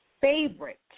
favorite